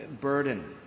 burden